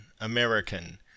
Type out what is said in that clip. American